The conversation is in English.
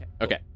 okay